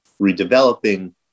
redeveloping